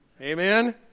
Amen